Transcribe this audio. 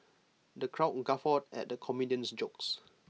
the crowd guffawed at the comedian's jokes